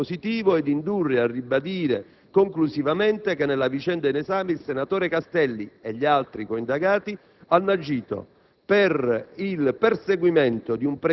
L'esito di tale verifica non può che essere positivo e indurre a ribadire conclusivamente che nella vicenda in esame il senatore Castelli e gli altri coindagati hanno agito